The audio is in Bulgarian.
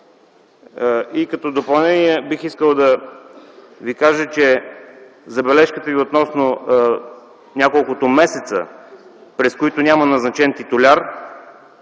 И като допълнение бих искал да Ви кажа, че забележката Ви относно няколкото месеца, през които няма назначен титуляр,